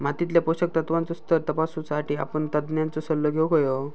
मातीतल्या पोषक तत्त्वांचो स्तर तपासुसाठी आपण तज्ञांचो सल्लो घेउक हवो